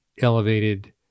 elevated